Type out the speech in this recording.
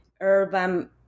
urban